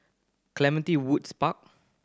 Clementi Woods Park